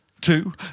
two